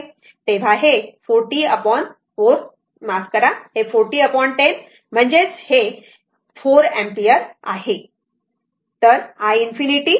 तर ते 404 असेल माफ करा हे 4010 म्हणजे iS10 4 अँपिअर आहे